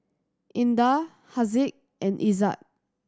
Indah Haziq and Izzat